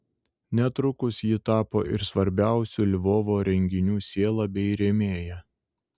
netrukus ji tapo ir svarbiausių lvovo renginių siela bei rėmėja